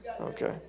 Okay